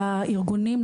לארגונים,